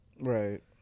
Right